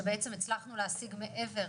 שבעצם הצלחנו להשיג מעבר,